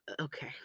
Okay